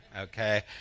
okay